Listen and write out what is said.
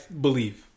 believe